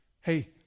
Hey